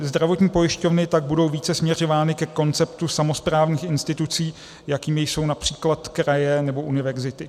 Zdravotní pojišťovny tak budou více směrovány ke konceptu samosprávných institucí, jakými jsou např. kraje nebo univerzity.